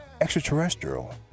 extraterrestrial